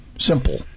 Simple